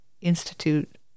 Institute